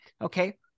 Okay